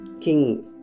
King